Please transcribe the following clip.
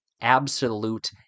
absolute